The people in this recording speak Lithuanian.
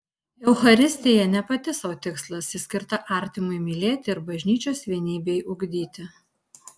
eucharistija ne pati sau tikslas ji skirta artimui mylėti ir bažnyčios vienybei ugdyti